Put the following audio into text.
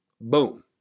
Boom